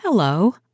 Hello